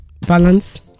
balance